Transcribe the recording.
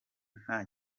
nta